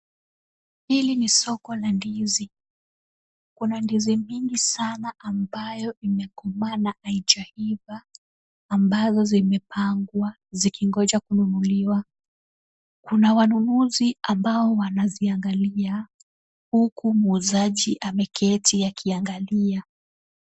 Hili ni soko la ndizi. Kuna ndizi mingi sana ambayo imekomaa na haijaiva ambazo zimepangwa zikingoja kununuliwa. Kuna wanunuzi ambao wanaziangalia huku muuzaji ameketi akiangalia.